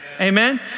amen